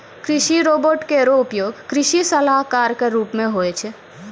कृषि रोबोट केरो उपयोग कृषि सलाहकार क रूप मे होय छै